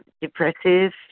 depressive